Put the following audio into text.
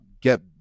get